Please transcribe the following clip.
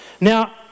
Now